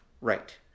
Right